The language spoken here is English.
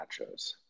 nachos